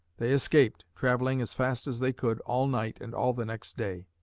they escaped, traveling as fast as they could all night and all the next day.